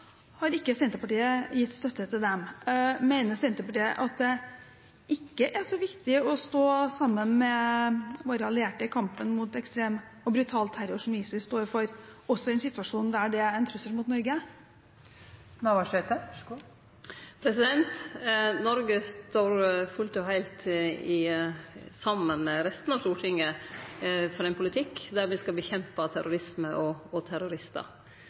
har ikke Senterpartiet gitt støtte til dem. Mener Senterpartiet at det heller ikke er så viktig å stå sammen med våre allierte i kampen mot ekstrem og brutal terror, som ISIL står for, i en situasjon der det er en trussel mot Norge? Senterpartiet står fullt og heilt saman med resten av Stortinget for ein politikk der me skal kjempe mot terrorisme og